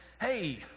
hey